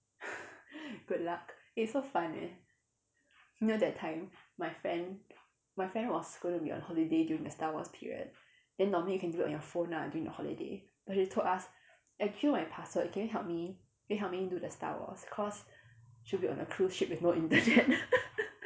good luck eh so fun eh you know that time my friend my friend was going to be on holiday during the star wars period then normally you can do it on your phone ah during the holiday but she told us eh I give you my password can you help me can you help me do the star wars cause she will be on a cruise ship with no internet